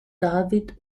david